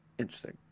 interesting